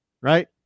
Right